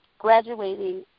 graduating